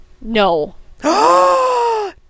No